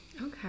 Okay